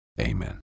amen